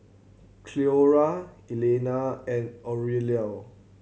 Cleora Elianna and Aurelio